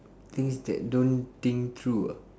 things that don't think through ah